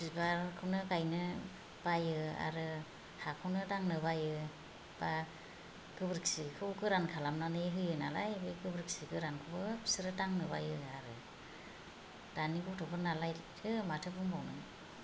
बिबारखौनो गायनो बायो आरो हाखौनो दांनो बायो बा गोबोरखिखौ गोरान खालामनानै होयो नालाय बे गोबोरखि गोरानखौबो बिसोरो दांनो बायो आरो दानि गथ'फोर नालाय बिसोरो माथो बुंबावनो